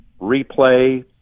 replay